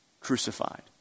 crucified